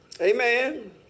Amen